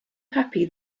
happy